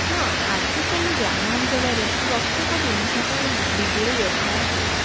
ହଁ ଆଜିକାଲି ଗ୍ରାମାଞ୍ଚଳରେ ପ୍ରତ୍ୟେକ ଜିନିଷ ପାଇଁ ବିଜୁଳି ବ୍ୟବହାର ହେଉଛି